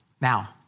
Now